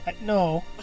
No